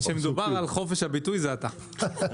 כאשר מדובר על חופש הביטוי זה אתה...